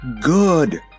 Good